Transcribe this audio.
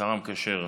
השר המקשר,